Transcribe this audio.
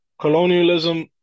colonialism